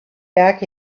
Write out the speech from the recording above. back